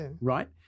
right